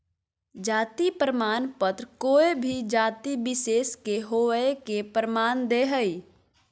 जाति प्रमाण पत्र कोय भी जाति विशेष के होवय के प्रमाण दे हइ